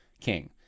king